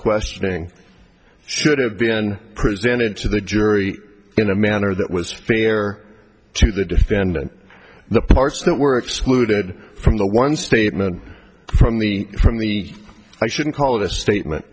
questioning should have been prevented to the jury in a manner that was fair to the defendant the parts that were excluded from the one statement from the from the i shouldn't call it a statement